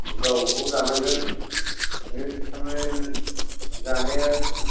गावबा गाव जानांगोन बे थारमाने जानाया